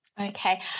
Okay